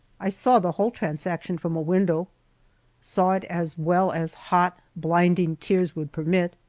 i saw the whole transaction from a window saw it as well as hot, blinding tears would permit.